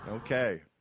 Okay